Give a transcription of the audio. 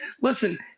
Listen